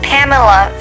Pamela